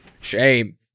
Shame